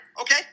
Okay